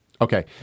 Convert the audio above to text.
Okay